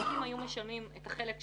שהמעסיקים היו משלמים את החלק שלהם,